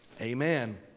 Amen